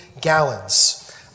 gallons